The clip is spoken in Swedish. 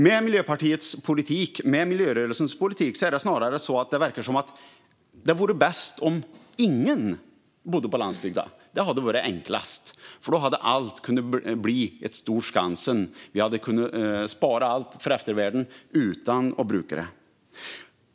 Med Miljöpartiets politik och med miljörörelsens politik verkar det snarare som att det vore bäst om ingen bodde på landsbygden. Det hade varit enklast, för då hade allt kunnat bli ett stort Skansen. Vi hade kunnat spara allt till eftervärlden utan att bruka det.